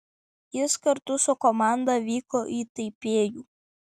jis kartu su komanda vyko į taipėjų